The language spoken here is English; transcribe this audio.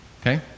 okay